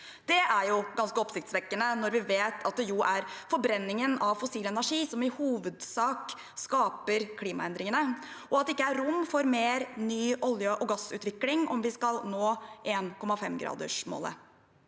Det er jo ganske oppsiktsvekkende når vi vet at det er forbrenningen av fossil energi som i hovedsak skaper klimaendringene, og at det ikke er rom for mer ny olje- og gassutvikling om vi skal nå 1,5-gradersmålet.